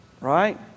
Right